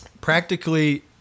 Practically